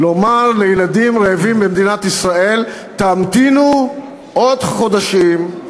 לומר לילדים רעבים במדינת ישראל: המתינו עוד חודשים,